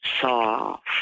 soft